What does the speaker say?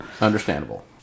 understandable